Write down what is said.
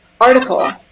article